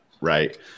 Right